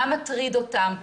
מה מטריד אותם,